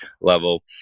level